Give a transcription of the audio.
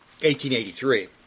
1883